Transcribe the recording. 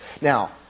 Now